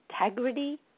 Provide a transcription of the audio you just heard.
integrity